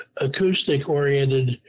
acoustic-oriented